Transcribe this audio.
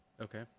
Okay